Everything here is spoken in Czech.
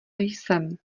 jsem